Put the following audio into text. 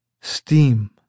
steam